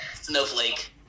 Snowflake